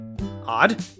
Odd